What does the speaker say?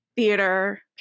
theater